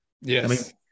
Yes